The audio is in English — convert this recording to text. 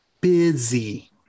busy